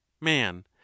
man